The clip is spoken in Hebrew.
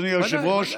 אדוני היושב-ראש.